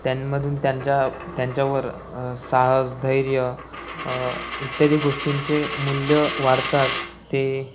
त्यांमधून त्यांच्या त्यांच्यावर सहस धैर्य इत्यादी गोष्टींचे मूल्य वाढतात ते